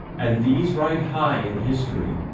and these ride high in history,